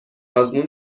آزمون